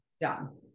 done